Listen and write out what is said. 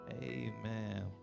Amen